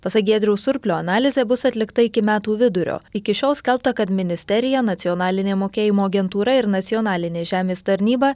pasak giedriaus surplio analizė bus atlikta iki metų vidurio iki šiol skelbta kad ministerija nacionalinė mokėjimo agentūra ir nacionalinė žemės tarnyba